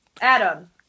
Adam